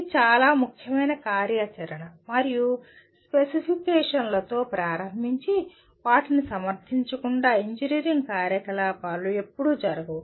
ఇది చాలా ముఖ్యమైన కార్యాచరణ మరియు స్పెసిఫికేషన్లతో ప్రారంభించి వాటిని సమర్థించకుండా ఇంజనీరింగ్ కార్యకలాపాలు ఎప్పుడూ జరగవు